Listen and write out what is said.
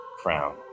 crown